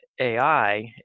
AI